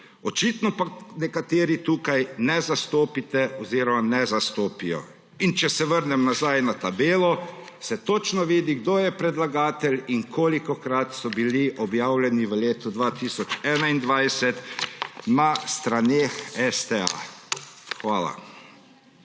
Očitno pa nekateri tukaj ne razumete oziroma ne razumejo. In če se vrnem nazaj na tabelo se točno vidi, kdo je predlagatelj in kolikokrat so bili objavljeni v letu 2021 na straneh STA. Hvala.